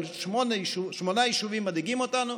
אבל שמונה יישובים מדאיגים אותנו,